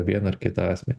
vieną ar kitą asmenį